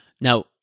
Now